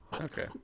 Okay